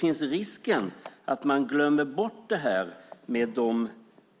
Finns det en risk att man glömmer bort de